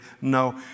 No